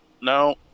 no